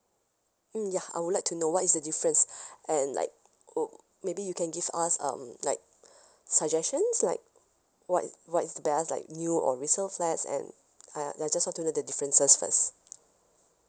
mm ya I would like to know what is the difference and like oh maybe you can give us um like suggestions like what what is the best like new or resale flats and I I just want to know the differences first